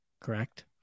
correct